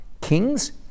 kings